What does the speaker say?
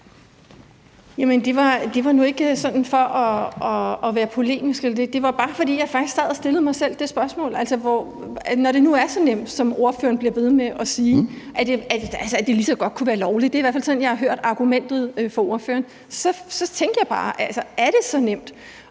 Jamen det var nu ikke sådan for at være polemisk. Det var bare, fordi jeg faktisk sad og stillede mig selv det spørgsmål. Altså, når det nu, som ordføreren bliver ved med at sige, er så nemt, at det lige så godt kunne være lovligt – det er i hvert fald sådan, jeg har hørt argumentet fra ordføreren – så tænkte jeg bare: Er det så nemt?